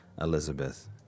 Elizabeth